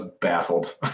baffled